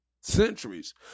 centuries